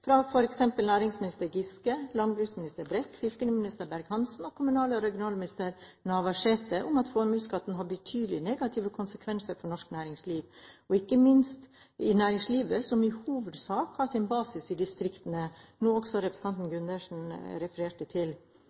fra f.eks. næringsminister Giske, landbruksminister Brekk, fiskeriminister Berg-Hansen og kommunal- og regionalminister Navarsete – om at formuesskatten har betydelig negative konsekvenser for norsk næringsliv, ikke minst for næringsliv som har sin basis i distriktene, noe også representanten Gundersen refererte til.